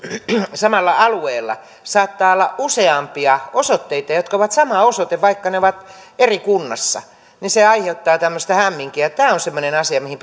samalla alueella saattaa olla useampia osoitteita jotka ovat sama osoite vaikka ne ovat eri kunnassa ja se aiheuttaa tämmöistä hämminkiä ja tämä on semmoinen asia mihin